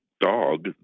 dog